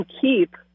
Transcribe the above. keep